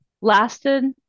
lasted